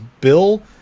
Bill